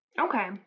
Okay